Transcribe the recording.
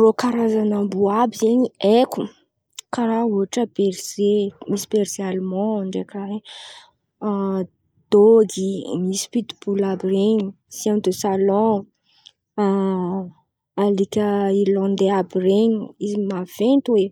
Rô Karazan̈a amboa àby zen̈y haiko: karà ôhatra berze misy berzealeman ndraiky raha ren̈y, dôgy misy pitibolo àby ren̈y, sin desalôn, alika hilônday àby ren̈y izy maventy hoe